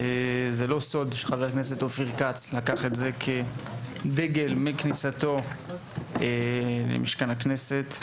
זה לא סוד שחבר הכנסת אופיר כץ לקח את זה כדגל מאז כניסתו למשכן הכנסת.